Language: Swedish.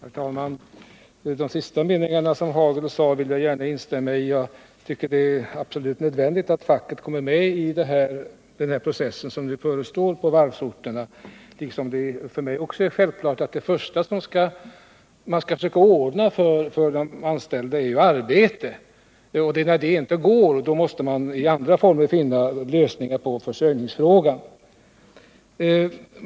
Herr talman! De sista meningarna som Rolf Hagel yttrade vill jag gärna instämma i. Jag tycker det är absolut nödvändigt att facket kommer med i den process som förestår på varvsorterna liksom det för mig också är självklart att det första som man skall göra för de anställda är att försöka ordna arbete för dem. Först när detta inte går, måste man — i andra former — finna lösningar på deras försörjningsfråga.